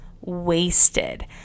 wasted